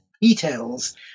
details